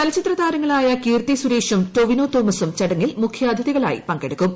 ചലച്ചിത്രതാർങ്ങളായ കീർത്തി സുരേഷും ടൊവിനോ തോമസും ചടങ്ങിൽ മുഖ്യാതിഥികളായി പങ്കെടുക്കും